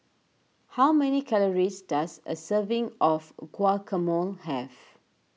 how many calories does a serving of Guacamole have